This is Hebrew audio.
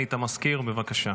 לסגנית מזכיר הכנסת, בבקשה.